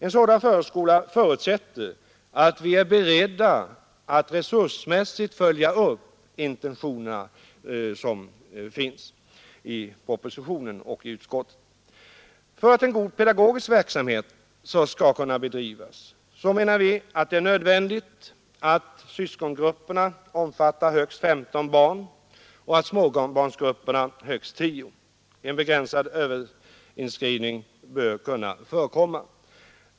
En sådan förskola förutsätter att vi är beredda att resursmässigt följa upp intentionerna i propositionen och i utskottets utlåtande. För att en god pedagogisk verksamhet skall kunna bedrivas är det nödvändigt att syskongrupperna omfattar högst 15 barn och småbarnsgrupperna högst 10. En begränsad överinskrivning bör kunna förekomma.